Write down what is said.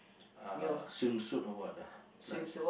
uh swimsuit or what lah